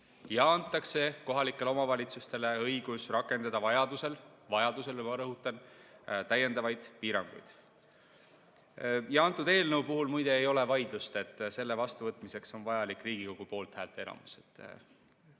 ja antakse kohalikele omavalitsustele õigus rakendada vajadusel – vajadusel, ma rõhutan – täiendavaid piiranguid. Muide, selle eelnõu puhul ei ole vaidlust, kas selle vastuvõtmiseks on vaja Riigikogu poolthäälte enamust.